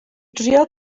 drio